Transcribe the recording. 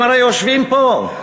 הם הרי יושבים פה.